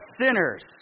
sinners